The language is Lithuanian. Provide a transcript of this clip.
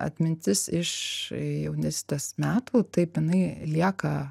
atmintis iš jaunystės metų taip jinai lieka